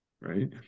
right